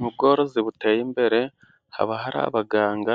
Mu bworozi buteye imbere haba hari abaganga